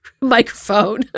microphone